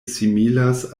similas